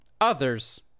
Others